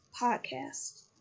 podcast